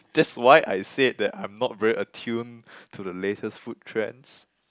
that's why I said that I'm not very attuned to the latest food trends